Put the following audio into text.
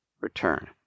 return